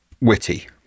witty